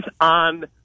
on